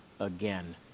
Again